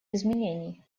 изменений